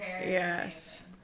Yes